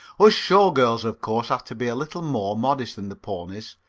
us show girls, of course, have to be a little more modest than the ponies,